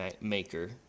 maker